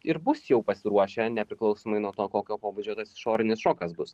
ir bus jau pasiruošę nepriklausomai nuo to kokio pobūdžio tas išorinis šokas bus